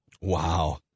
Wow